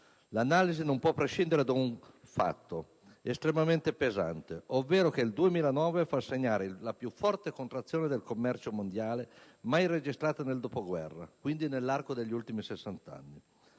L'analisi non può prescindere da un dato di fatto estremamente pesante, ovvero che il 2009 fa segnare la più forte contrazione del commercio mondiale mai registrata nel secondo dopoguerra, quindi nell'arco degli ultimi 60 anni.